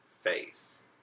face